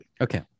Okay